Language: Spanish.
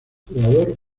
jugador